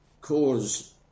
cause